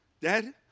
Dad